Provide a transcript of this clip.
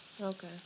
Okay